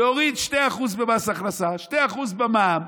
להוריד 2% במס הכנסה, 2% במע"מ,